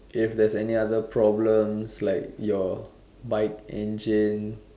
if there's any other problems like your bike engine